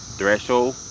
threshold